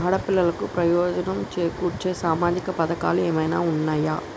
ఆడపిల్లలకు ప్రయోజనం చేకూర్చే సామాజిక పథకాలు ఏమైనా ఉన్నయా?